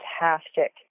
fantastic